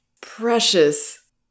precious